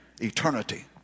eternity